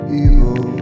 evil